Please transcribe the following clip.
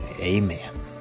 Amen